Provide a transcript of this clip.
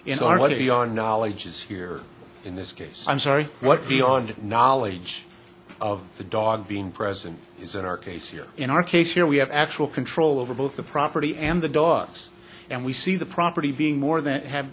our knowledge is here in this case i'm sorry what beyond knowledge of the dog being present is in our case here in our case here we have actual control over both the property and the dogs and we see the property being more than have